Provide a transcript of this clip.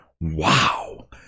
Wow